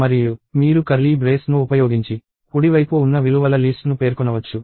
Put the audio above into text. మరియు మీరు curly brace ను ఉపయోగించి కుడివైపు ఉన్న విలువల లీస్ట్ను పేర్కొనవచ్చు